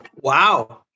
wow